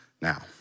now